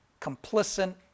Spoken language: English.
complicit